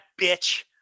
bitch